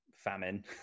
famine